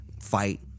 fight